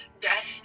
death